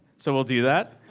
so we'll do that.